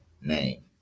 name